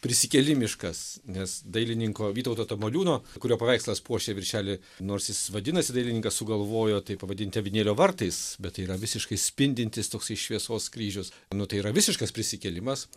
prisikelimiškas nes dailininko vytauto tamoliūno kurio paveikslas puošia viršelį nors jis vadinasi dailininkas sugalvojo tai pavadinti avinėlio vartais bet tai yra visiškai spindintis toksai šviesos kryžius nu tai yra visiškas prisikėlimas